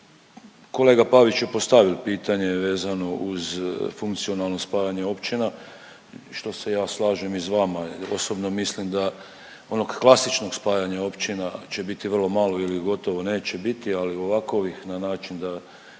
Kolega Pavić je postavio pitanje vezano uz funkcionalno spajanje općina što se ja slažem i s vama. Osobno mislim da onog klasičnog spajanja općina će biti vrlo malo ili gotovo neće biti ali ovakovih na način da se